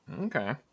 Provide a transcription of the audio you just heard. Okay